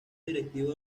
directivo